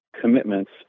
commitments